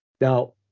Now